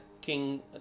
king